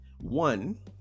one